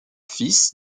fils